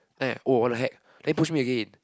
then I oh what the heck then he push me again